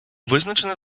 визначених